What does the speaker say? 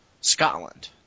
Scotland